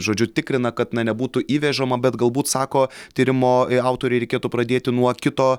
žodžiu tikrina kad na nebūtų įvežama bet galbūt sako tyrimo autoriai reikėtų pradėti nuo kito